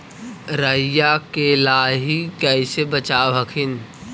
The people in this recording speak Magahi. राईया के लाहि कैसे बचाब हखिन?